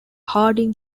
hardin